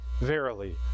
verily